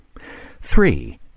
three